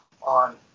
on